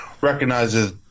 recognizes